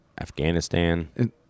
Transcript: Afghanistan